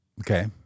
Okay